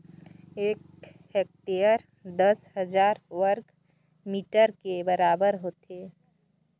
एक हेक्टेयर दस हजार वर्ग मीटर के बराबर होथे